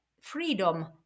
freedom